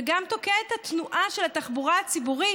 וגם תוקע את התנועה של התחבורה הציבורית,